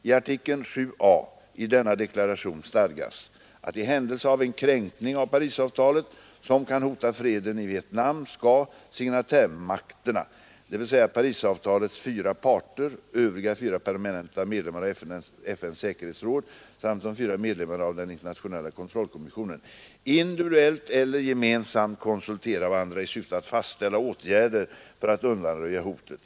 I artikel 7 a i denna deklaration stadgas, att i händelse av en kränkning av Parisavtalet som kan hota freden i Vietnam skall signatärmakterna — dvs. Parisavtalets fyra partier, övriga fyra permanenta medlemmar av FNs säkerhetsråd samt de fyra medlemmarna av den internationella kontrollkommissionen — individuellt eller gemensamt konsultera varandra i syfte att fastställa åtgärder för att undanröja hotet.